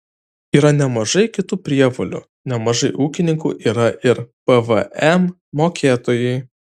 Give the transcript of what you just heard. yra nemažai kitų prievolių nemažai ūkininkų yra ir pvm mokėtojai